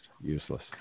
useless